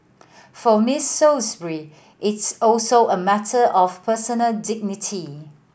for Miss Salisbury it's also a matter of personal dignity